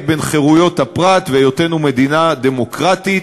בין חירויות הפרט והיותנו מדינה דמוקרטית,